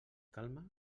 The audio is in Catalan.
calma